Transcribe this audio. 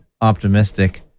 optimistic